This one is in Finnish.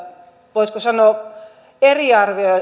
voisiko sanoa